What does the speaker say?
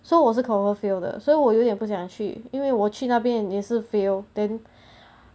so 我是 confirm fail 的所以我有点不想去因为我去那边也是 fail then